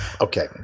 Okay